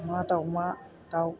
अमा दावमा दाव